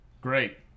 Great